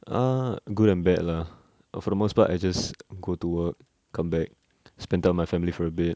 uh good and bad lah for the most part I just go to work come back spend time with my family for a bit